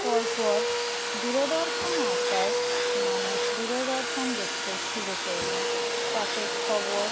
পরপর দূরদর্শন আসায় মানুষ দূরদর্শন দেখতে শুরু করলো তাতে খবর